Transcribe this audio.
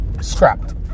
scrapped